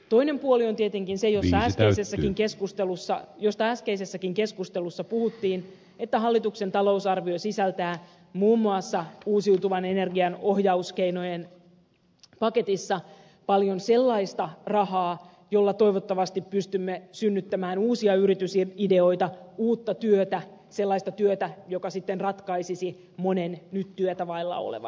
toinen puoli on tietenkin se mistä äskeisessäkin keskustelussa puhuttiin että hallituksen talousarvio sisältää muun muassa uusiutuvan energian ohjauskeinojen paketissa paljon sellaista rahaa jolla toivottavasti pystymme synnyttämään uusia yritysideoita uutta työtä sellaista työtä joka sitten ratkaisisi monen nyt työtä vailla olevan tilanteen